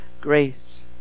grace